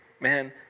Man